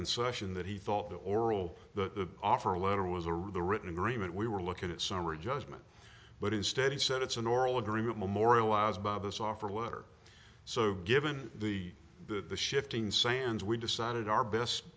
concession that he thought the oral the offer letter was a written agreement we were looking at summary judgment but instead he said it's an oral agreement memorialized bob this offer letter so given the the shifting sands we decided our